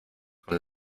con